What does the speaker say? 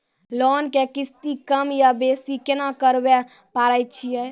Loan के किस्ती कम या बेसी केना करबै पारे छियै?